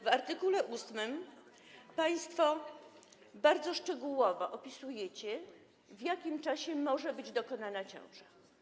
W art. 8 państwo bardzo szczegółowo opisujecie, w jakim czasie może być dokonana ciąża.